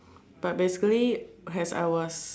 but basically as I was